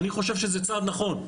אני חושב שזה צעד נכון.